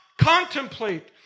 contemplate